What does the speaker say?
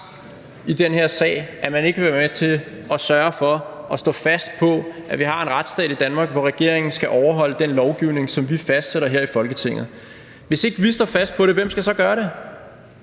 i den her sag, at man ikke vil være med til at sørge for at stå fast på, at vi har en retsstat i Danmark, hvor regeringen skal overholde den lovgivning, som vi fastsætter her i Folketinget. Hvis ikke vi står fast på det, hvem skal så gøre det?